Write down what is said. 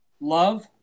Love